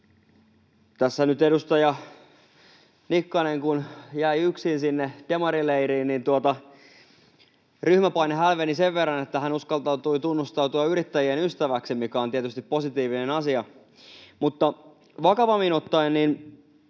tässä nyt edustaja Nikkanen jäi yksin sinne demarileiriin, niin ryhmäpaine hälveni sen verran, että hän uskaltautui tunnustautumaan yrittäjien ystäväksi, mikä on tietysti positiivinen asia. Mutta vakavammin ottaen: Edellä